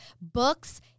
books